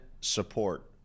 support